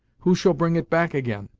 who shall bring it back again?